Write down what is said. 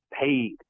paid